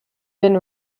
been